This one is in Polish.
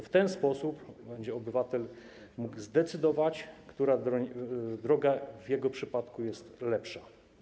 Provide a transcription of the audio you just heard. W ten sposób obywatel będzie mógł zdecydować, która droga w jego przypadku jest lepsza.